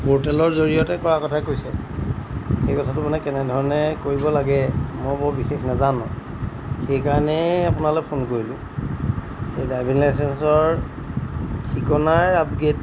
পোৰ্টেলৰ জৰিয়তে কৰা কথা কৈছে সেই কথাটো মানে কেনেধৰণে কৰিব লাগে মই বৰ বিশেষ নাজানো সেইকাৰণেই আপোনালৈ ফোন কৰিলোঁ এই ড্ৰাইভিং লাইচেঞ্চৰ ঠিকনাৰ আপডেট